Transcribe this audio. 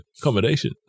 accommodation